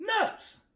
Nuts